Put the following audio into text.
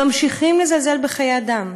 והם ממשיכים לזלזל בחיי אדם.